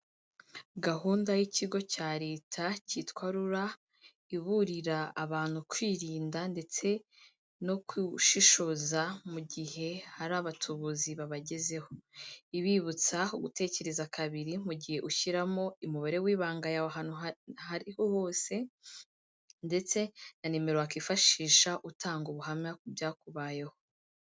Gahunda y'ikigo cya leta cyitwa rura iburira abantu kwirinda ndetse no kushishoza mu gihe hari abatubuzi babagezeho, ibibutsa gutekereza kabiri mu gihe ushyiramo umubare w'ibanga yawe ahantu aho ari ho hose ndetse na nimero wakifashisha utanga ubuhamya ku byakubayeho.